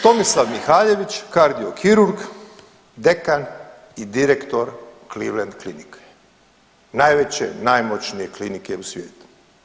Tomislav Mihaljević kardiokirurg, dekan i direktor Cleveland klinike, najveće, najmoćnije klinike u svijetu.